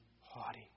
haughty